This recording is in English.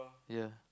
ya